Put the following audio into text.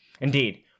Indeed